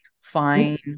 fine